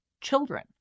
children